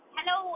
Hello